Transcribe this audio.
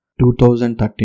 2013